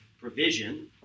provision